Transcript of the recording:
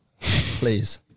Please